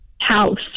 house